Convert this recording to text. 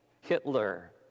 Hitler